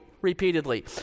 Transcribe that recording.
repeatedly